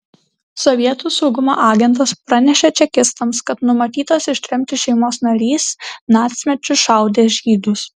sovietų saugumo agentas pranešė čekistams kad numatytos ištremti šeimos narys nacmečiu šaudė žydus